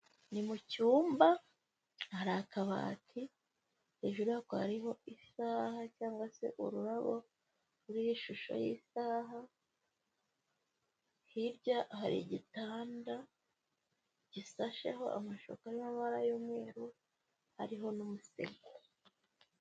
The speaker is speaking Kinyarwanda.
Ni mu cyumba hari akabati, hejuru yako hariho isaha cyangwa se ururabo ruriho ishusho y'isaha, hirya hari igitanda gisasheho amashuka y'amabara y'umweru, hariho n'umusego.